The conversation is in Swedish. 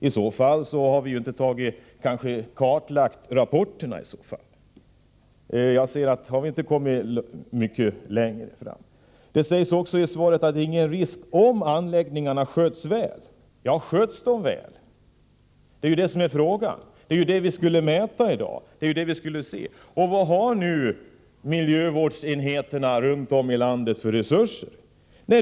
I så fall kommer vi inte att nå mycket längre med en sådan utredning än vi hittills har gjort. Det sägs också i svaret att det inte är någon risk om anläggningarna sköts väl. Det är ju det som är frågan och det som vi behöver mäta: Sköts de väl? Och vad har miljövårdsenheterna runt om i landet för resurser?